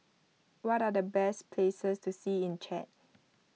what are the best places to see in Chad